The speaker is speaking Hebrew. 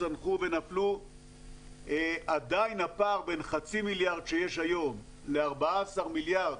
צנחו ונפלו עדיין הפער בין חצי מיליארד שיש היום ל-14 מיליארד